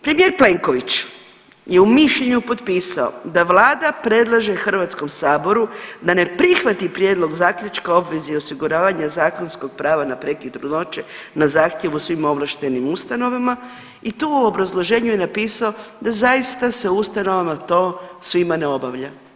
Premijer Plenković je u Mišljenju potpisao da Vlada predlaže HS-u da ne prihvati Prijedlog Zaključka o obvezi osiguravanja zakonskog prava na prekid trudnoće na zahtjev u svim ovlaštenim ustanovama i tu u obrazloženju je napisao da zaista se u ustanovama to svima ne obavlja.